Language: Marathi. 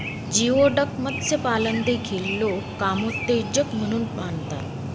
जिओडक मत्स्यपालन देखील लोक कामोत्तेजक म्हणून मानतात